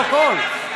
כתוב בפרוטוקול.